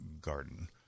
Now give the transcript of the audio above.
Garden